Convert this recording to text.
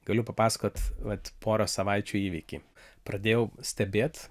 galiu papasakot vat poros savaičių įvykį pradėjau stebėt